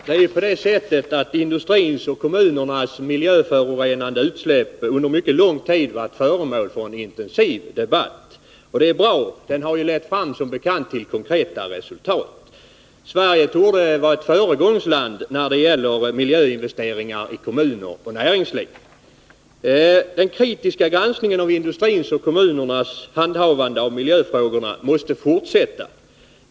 Herr talman! Industrins och kommunernas miljöförorenade utsläpp har under mycket lång tid varit föremål för en intensiv debatt. Det är bra — den har som bekant lett fram till konkreta resultat. Sverige torde vara ett föregångsland när det gäller miljöinvesteringar i kommuner och näringsliv. Den kritiska granskningen av industrins och kommunernas handhavande av miljöfrågorna måste fortsätta.